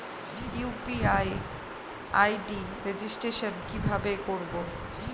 UPI ID registration কিভাবে করব?